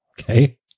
Okay